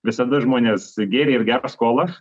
visada žmonės gėrė ir gers kolą